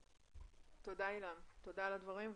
תודה עילם על הדברים.